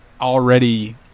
already